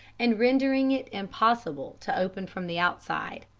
and rendering it impossible to open from the outside.